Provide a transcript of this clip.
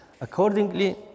Accordingly